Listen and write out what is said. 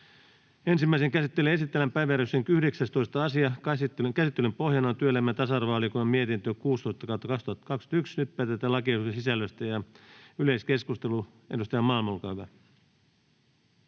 Ensimmäiseen käsittelyyn esitellään päiväjärjestyksen 19. asia. Käsittelyn pohjana on työelämä- ja tasa-arvovaliokunnan mietintö TyVM 16/2021 vp. Nyt päätetään lakiehdotusten sisällöstä. — Yleiskeskustelu. — Edustaja Malm, olkaa hyvä.